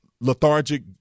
lethargic